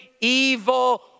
evil